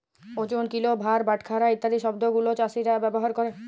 ওজন, কিলো, ভার, বাটখারা ইত্যাদি শব্দ গুলো চাষীরা ব্যবহার ক্যরে